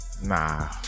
Nah